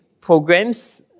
programs